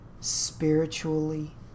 Spiritually